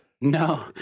No